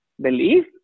belief